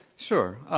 sure.